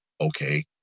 okay